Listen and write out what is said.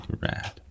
Rad